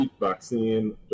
vaccine